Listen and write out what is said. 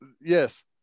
yes